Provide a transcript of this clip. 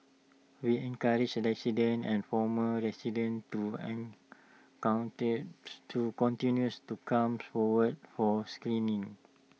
we encourage and former residents to to continues to comes forward for screening